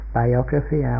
biography